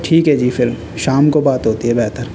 ٹھیک ہے جی پھر شام کو بات ہوتی ہے بہتر